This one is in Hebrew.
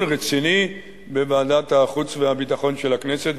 רציני בוועדת החוץ והביטחון של הכנסת,